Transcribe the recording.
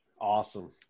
Awesome